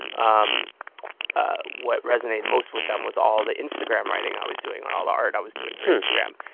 um ah what resonated most with them was all the instagram writing i was doing on all the art i was doing for instagram.